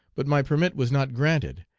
but my permit was not granted,